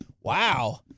Wow